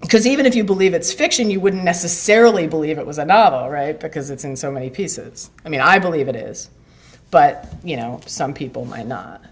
because even if you believe it's fiction you wouldn't necessarily believe it was a novel right because it's in so many pieces i mean i believe it is but you know some people might not